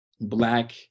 black